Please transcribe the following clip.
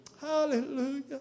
Hallelujah